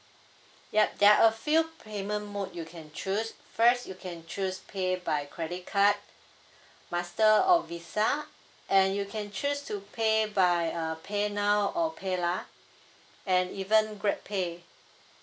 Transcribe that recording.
yup there are a few payment mode you can choose first you can choose pay by credit card master or visa and you can choose to pay by uh paynow or paylah and even grabpay